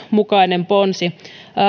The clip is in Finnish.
mukainen ponsi